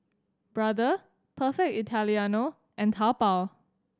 Brother Perfect Italiano and Taobao